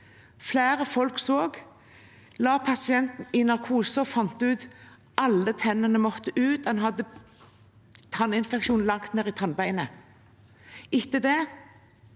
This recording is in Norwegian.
flere folk, som så, man la pasienten i narkose og fant ut at alle tennene måtte ut. Han hadde tanninfeksjon langt ned i tannbeinet. Etter det